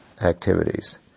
activities